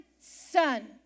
Son